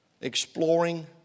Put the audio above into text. exploring